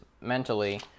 mentally